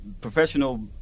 professional